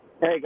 Hey